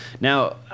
now